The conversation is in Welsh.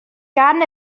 gan